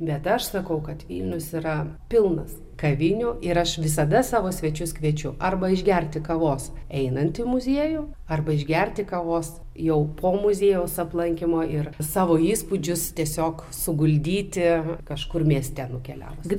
bet aš sakau kad vilnius yra pilnas kavinių ir aš visada savo svečius kviečiu arba išgerti kavos einant į muziejų arba išgerti kavos jau po muziejaus aplankymo ir savo įspūdžius tiesiog suguldyti kažkur mieste nukeliavus